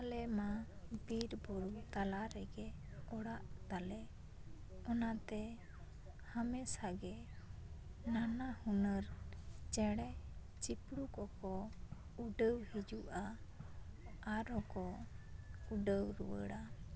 ᱟᱞᱮ ᱢᱟ ᱵᱤᱨᱵᱩᱨᱩ ᱛᱟᱞᱟ ᱨᱮᱜᱮ ᱚᱲᱟᱜ ᱛᱟᱞᱮ ᱚᱱᱟᱛᱮ ᱦᱟᱢᱮᱥᱟ ᱜᱮ ᱱᱟᱱᱟ ᱦᱩᱱᱟᱹᱨ ᱪᱮᱬᱮ ᱪᱤᱯᱨᱩ ᱠᱚᱠᱚ ᱩᱰᱟᱹᱣ ᱦᱤᱡᱩᱜᱼᱟ ᱟᱨᱦᱚᱸ ᱠᱚ ᱩᱰᱟᱹᱣ ᱨᱩᱭᱟᱹᱲᱟ